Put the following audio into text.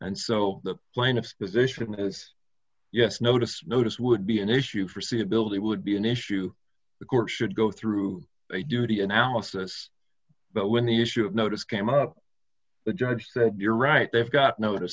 and so the plaintiff's position is yes notice notice would be an issue for see ability would be an issue the court should go through a duty analysis but when the issue of notice came up the judge said you're right they've got notice